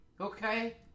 Okay